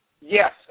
Yes